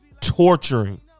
torturing